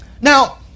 Now